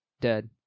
Dead